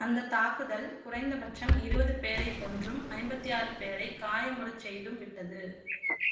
அந்தத் தாக்குதல் குறைந்த பட்சம் இருபது பேரைக் கொன்றும் ஐம்பத்தி ஆறு பேரைக் காயமுறச் செய்தும் விட்டது